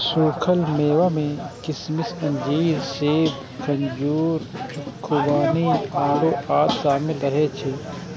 सूखल मेवा मे किशमिश, अंजीर, सेब, खजूर, खुबानी, आड़ू आदि शामिल रहै छै